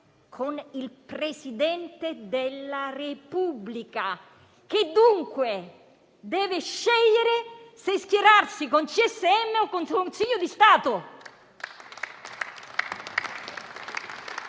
con il Presidente della Repubblica, che dunque deve scegliere se schierarsi con il CSM o con il Consiglio di Stato.